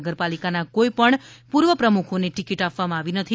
નગરપાલિકાના કોઈપણ પૂર્વ પ્રમુખોને ટિકિટ આપવામાં આવી નથી